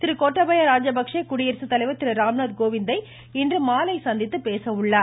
திரு கோத்தபய ராஜபக்ஷே குடியரசு தலைவர் திரு ராம்நாத் கோவிந்தை இன்றுமாலை சந்தித்து பேச உள்ளார்